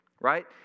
right